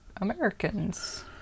americans